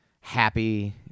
happy